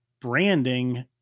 branding